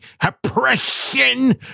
oppression